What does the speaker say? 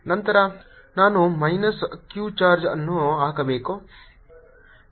ನಂತರ ನಾನು minus Q charge ಅನ್ನು ಹಾಕಬೇಕು